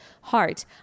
heart